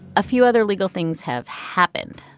a few other legal things have happened.